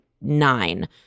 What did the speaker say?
nine